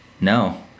No